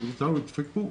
נדפקו,